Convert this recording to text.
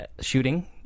shooting